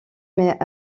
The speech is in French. mais